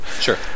Sure